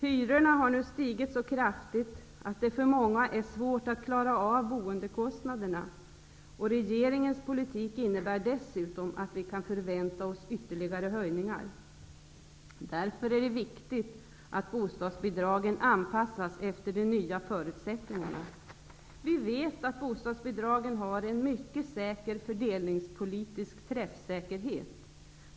Hyrorna har nu stigit så kraftigt, att det för många är svårt att klara av boendekostna derna. Regeringens politik innebär dessutom att vi kan förvänta oss ytterligare höjningar. Det är därför viktigt att bostadsbidragen anpassas efter de nya förutsättningarna. Vi vet att bostadsbidra gen har en mycket bra fördelningspolitisk träffsä kerhet.